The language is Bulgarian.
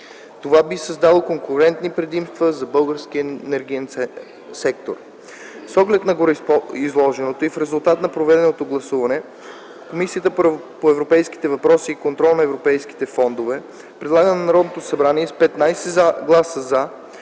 Това би създало конкурентни предимства за българския енергиен сектор. С оглед на гореизложеното и в резултат на проведеното гласуване, Комисията по европейските въпроси и контрол на европейските фондове предлага на Народното събрание с 15 гласа „за”